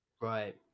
right